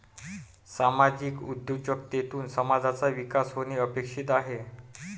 सामाजिक उद्योजकतेतून समाजाचा विकास होणे अपेक्षित आहे